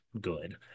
good